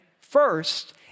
first